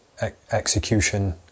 Execution